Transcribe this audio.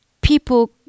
people